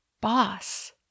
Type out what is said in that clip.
boss